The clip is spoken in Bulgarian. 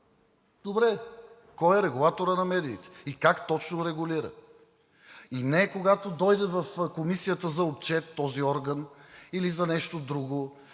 медиите? Кой е регулаторът на медиите и как точно регулира? И не, когато дойде в Комисията за отчет този орган или за нещо друго,